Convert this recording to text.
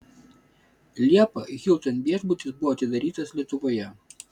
liepą hilton viešbutis buvo atidarytas lietuvoje